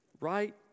Right